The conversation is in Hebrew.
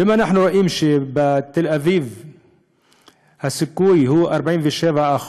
ואם אנחנו רואים שבתל אביב הסיכוי הוא 47%,